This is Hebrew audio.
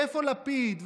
ואיפה לפיד,